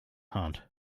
hunt